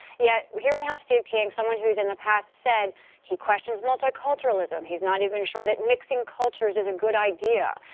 yet here we have steve king, someone who's in the past said he questions multiculturalism, he's not even sure that mixing cultures is a good idea.